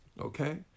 okay